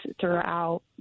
throughout